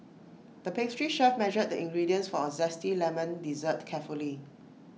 the pastry chef measured the ingredients for A Zesty Lemon Dessert carefully